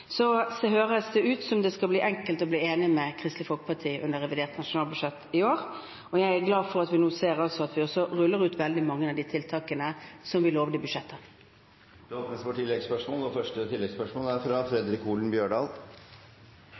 Så høres det ut som det skal bli enkelt å bli enig med Kristelig Folkeparti om revidert nasjonalbudsjett i år, og jeg er glad for å se at vi nå ruller ut veldig mange av de tiltakene som vi lovde i budsjettet. Det blir oppfølgingsspørsmål – først Fredric Holen Bjørdal.